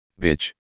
bitch